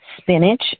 Spinach